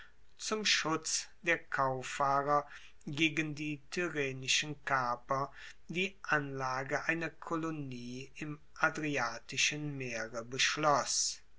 zum schutz der kauffahrer gegen die tyrrhenischen kaper die anlage einer kolonie im adriatischen meere beschloss